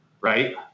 right